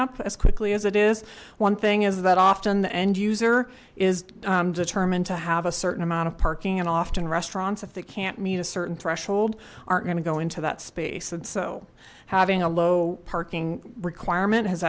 up as quickly as it is one thing is that often the end user is determined to have a certain amount of parking and often restaurants if they can't meet a certain threshold aren't going to go into that space and so having a low parking requirement has